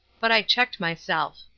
but i checked myself.